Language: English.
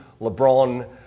LeBron